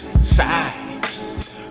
Sides